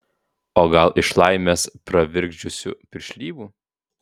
o gal iš laimės pravirkdžiusių piršlybų